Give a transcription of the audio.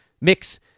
mix